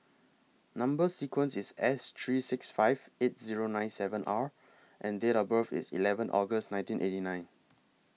Number sequence IS S three six five eight Zero nine seven R and Date of birth IS eleven August nineteen eighty nine